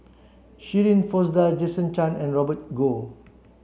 Shirin Fozdar Jason Chan and Robert Goh